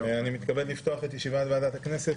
אני מתכבד לפתוח את ישיבת ועדת הכנסת.